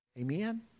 Amen